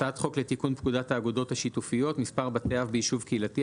הצעת חוק לתיקון פקודת האגודות השיתופיות (מספר בתי אב ביישוב קהילתי),